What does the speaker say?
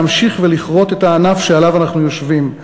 להמשיך ולכרות את הענף שעליו אנחנו יושבים,